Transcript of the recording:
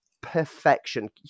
perfection